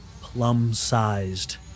plum-sized